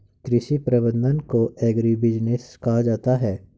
कृषि प्रबंधन को एग्रीबिजनेस कहा जाता है